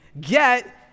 get